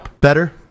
better